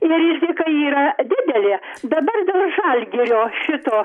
ir rizika yra didelė dabar dėl žalgirio šito